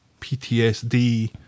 PTSD